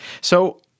So-